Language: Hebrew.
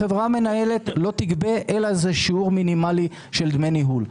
החברה המנהלת לא תגבה אלא שיעור מינימלי של דמי ניהול.